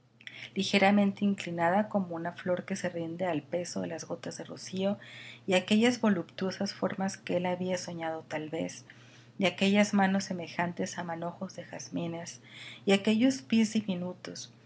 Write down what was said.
ligeramente inclinada como una flor que se rinde al peso de las gotas de rocío y aquellas voluptuosas formas que él había soñado tal vez y aquellas manos semejantes a manojos de jazmines y aquellos pies diminutos